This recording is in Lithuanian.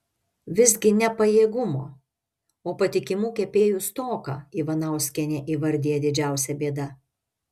visgi ne pajėgumo o patikimų kepėjų stoką ivanauskienė įvardija didžiausia bėda